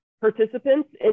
participants